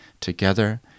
Together